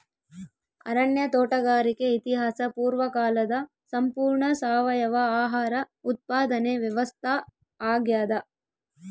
ಅರಣ್ಯ ತೋಟಗಾರಿಕೆ ಇತಿಹಾಸ ಪೂರ್ವಕಾಲದ ಸಂಪೂರ್ಣ ಸಾವಯವ ಆಹಾರ ಉತ್ಪಾದನೆ ವ್ಯವಸ್ಥಾ ಆಗ್ಯಾದ